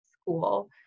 school